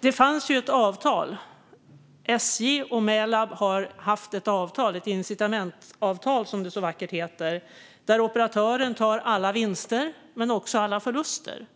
Det fanns ett avtal. SJ och Mälab har haft ett incitamentavtal, som det så vackert heter, där operatören tar alla vinster men också alla förluster.